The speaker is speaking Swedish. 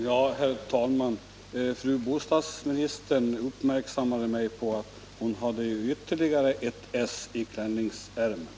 Herr talman! Fru bostadsministern gjorde mig uppmärksam på att hon hade ytterligare ett ess i klänningsärmen.